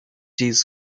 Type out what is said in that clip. these